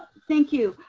thank you.